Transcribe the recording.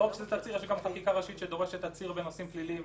יש גם חקיקה ראשית שדורשת תצהיר בנושאים פליליים.